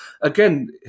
Again